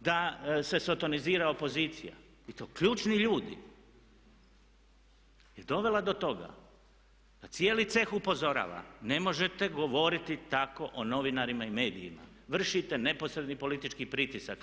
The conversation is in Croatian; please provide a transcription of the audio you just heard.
da se sotonizira opozicija i to ključni ljudi je dovela do toga da cijeli ceh upozorava, ne možete govoriti tako o novinarima i medijima, vršite neposredni politički pritisak.